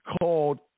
called